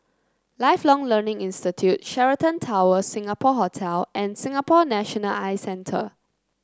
Lifelong Learning Institute Sheraton Towers Singapore Hotel and Singapore National Eye Centre